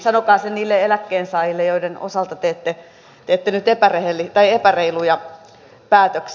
sanokaa se niille eläkkeensaajille joiden osalta te teette nyt epäreiluja päätöksiä